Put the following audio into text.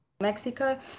Mexico